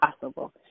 possible